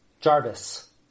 Jarvis